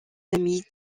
amis